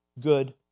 good